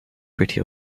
pretty